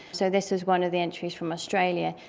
so this was one of the entries from australia,